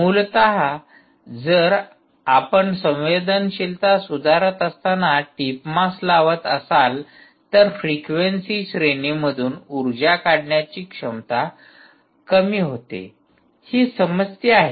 मूलत जर आपण संवेदनशीलता सुधारत असताना टिप मास लावत असाल तर फ्रिक्वेंसी श्रेणीमधून ऊर्जा काढण्याची क्षमता कमी होते ही समस्या आहे